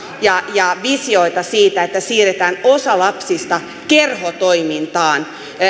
ja ja visioita siitä että siirretään osa lapsista kerhotoimintaan